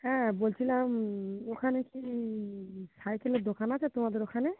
হ্যাঁ বলছিলাম ওখানে কি সাইকেলের দোকান আছে তোমাদের ওখানে